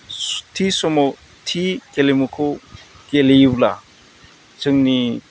थि समाव थि गेलेमुखौ गेलेयोब्ला जोंनि